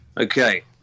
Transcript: Okay